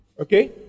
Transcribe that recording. Okay